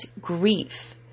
grief